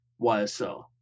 YSL